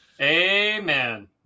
Amen